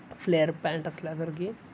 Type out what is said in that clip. flare pant असल्यासारखी